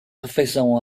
refeição